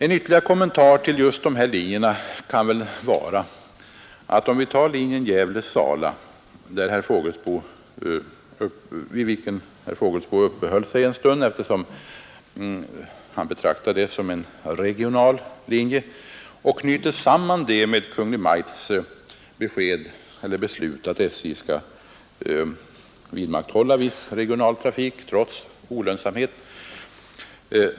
En ytterligare kommentar till frågan om just de här linjerna kan väl vara följande: Vi tar linjen Gävle—Sala — vid vilken herr Fågelsbo uppehöll sig en stund, eftersom han betraktar den som en regional linje — och knyter samman resonemanget om den med Kungl. Maj:ts beslut att SJ skall vidmakthålla viss regional trafik trots olönsamhet.